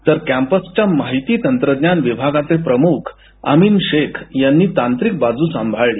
तर कॅम्पसच्या माहिती तंत्रज्ञान विभागाचे प्रमुख अमीन शेख यांनी तांत्रिक बाजू सांभाळली